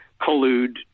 collude